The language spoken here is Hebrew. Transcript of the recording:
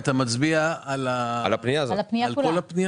אתה מצביע על כל הפנייה?